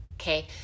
Okay